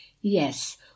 Yes